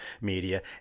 media